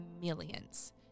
millions